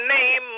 name